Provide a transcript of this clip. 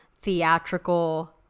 theatrical